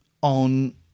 on